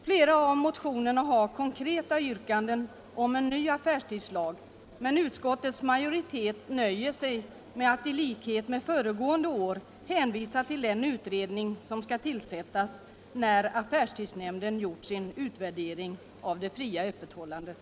Flera av dem har konkreta yrkanden om en ny affärstidslag, men utskottets majoritet har nöjt sig med att i likhet med föregående år hänvisa till den utredning som skall tillsättas när affärstidsnämnden har gjort sin utvärdering av det fria öppethållandet.